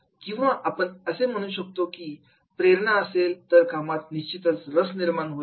किंवा आपण असे म्हणू शकतो की प्रेरणा असेल तर कामात निश्चितच रस निर्माण होईल